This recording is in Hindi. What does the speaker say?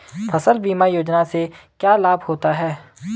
फसल बीमा योजना से क्या लाभ होता है?